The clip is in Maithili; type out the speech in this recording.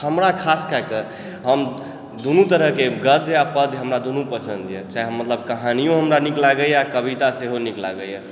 हमरा खास कए कऽ हम दुनू तरहके गद्य आओर पद्य हमरा दुनू पसन्दया चाहे मतलब कहानियो हमरा नीक लगैए कविता सेहो नीक लागैए